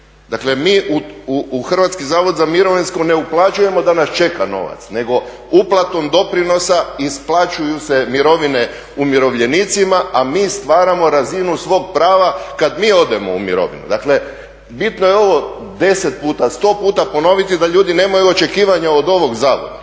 Dakle, mi u Hrvatski zavod za mirovinsko ne uplaćujemo da nas čeka novac nego uplatom doprinosa isplaćuju se mirovine umirovljenicima, a mi stvaramo razinu svog prava kada mi odemo u mirovinu. Dakle, bitno je ovo 10 puta, 100 puta ponoviti da ljudi nemaju očekivanja od ovog zavoda.